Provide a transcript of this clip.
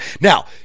Now